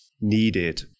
needed